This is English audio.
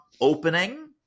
opening